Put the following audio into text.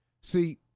See